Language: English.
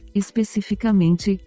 especificamente